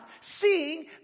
seeing